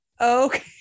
Okay